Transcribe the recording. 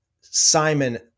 Simon